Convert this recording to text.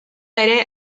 ere